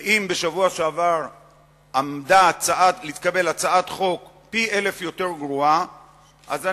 ואם בשבוע שעבר עמדה להתקבל הצעת חוק גרועה פי-אלף,